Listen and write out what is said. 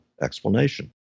explanation